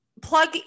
Plug